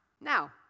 now